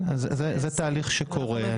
אז זה תהליך שקורה.